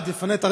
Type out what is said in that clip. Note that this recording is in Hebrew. בבקשה,